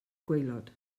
gwaelod